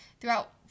throughout